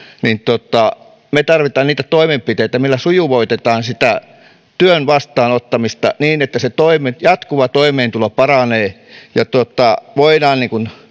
niin me samalla estämme me tarvitsemme niitä toimenpiteitä millä sujuvoitetaan sitä työn vastaanottamista niin että jatkuva toimeentulo paranee ja voidaan